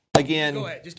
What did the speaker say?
Again